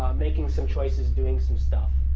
making some choices, doing some stuff.